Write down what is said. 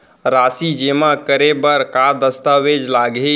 राशि जेमा करे बर का दस्तावेज लागही?